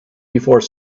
before